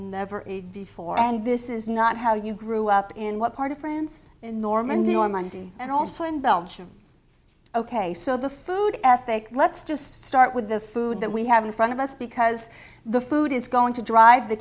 never ate before and this is not how you grew up in what part of france in normandy your monday and also in belgium ok so the food ethic let's just start with the food that we have in front of us because the food is going to drive the